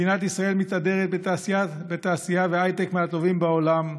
מדינת ישראל מתהדרת בתעשייה והייטק מהטובים בעולם.